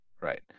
right